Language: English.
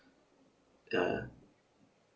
ya